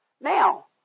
Now